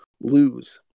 lose